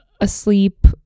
asleep